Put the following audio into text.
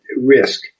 risk